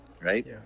right